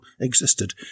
existed